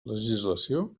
legislació